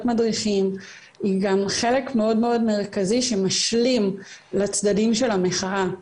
מדריכים היא גם חלק מאוד מרכזי שמשלים לצדדים של המחאה,